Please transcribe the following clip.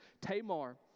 Tamar